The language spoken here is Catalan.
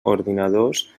ordinadors